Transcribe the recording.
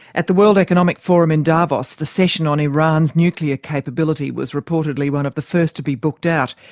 at the world economic forum in davos, the session on iran's nuclear capability was reportedly one of the first to be booked out,